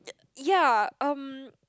ya um